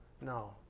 No